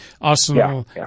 Arsenal